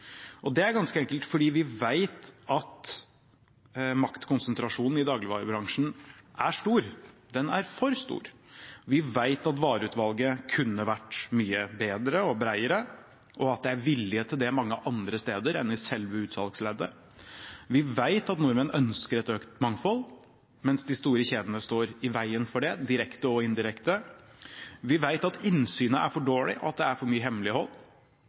Det er ganske enkelt fordi vi vet at maktkonsentrasjonen i dagligvarebransjen er stor, den er for stor. Vi vet at vareutvalget kunne vært mye bedre og bredere, og at det er vilje til det mange andre steder enn i selve utsalgsleddet. Vi vet at nordmenn ønsker et økt mangfold, mens de store kjedene står i veien for det, direkte og indirekte. Vi vet at innsynet er for dårlig, at det er for mye hemmelighold,